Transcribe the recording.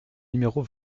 numéro